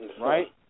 Right